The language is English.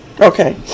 Okay